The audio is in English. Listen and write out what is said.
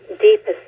deepest